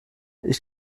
ich